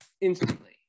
instantly